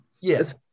yes